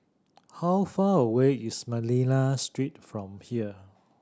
how far away is Manila Street from here